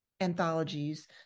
anthologies